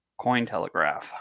Cointelegraph